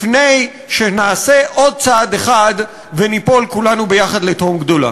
לפני שנעשה עוד צעד אחד וניפול כולנו יחד לתהום גדולה.